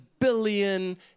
billion